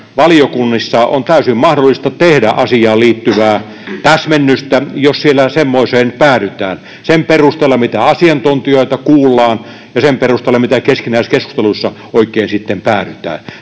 valiokunnissa on täysin mahdollista tehdä asiaan liittyvää täsmennystä, jos siellä semmoiseen päädytään sen perusteella, mitä asiantuntijoita kuullaan, ja sen perusteella, mihin keskinäisissä keskusteluissa oikein sitten päädytään.